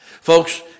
Folks